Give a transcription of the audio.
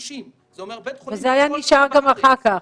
50. זה היה נשאר גם אחר כך.